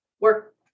work